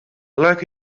like